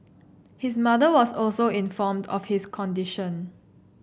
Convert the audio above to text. his mother was also informed of his condition